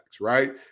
right